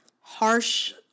harsh